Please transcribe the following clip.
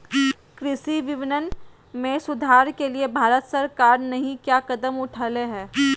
कृषि विपणन में सुधार के लिए भारत सरकार नहीं क्या कदम उठैले हैय?